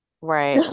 right